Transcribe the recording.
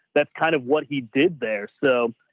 that's kind of what he did there. so,